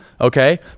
okay